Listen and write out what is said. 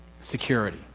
security